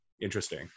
Interesting